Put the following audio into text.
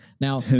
Now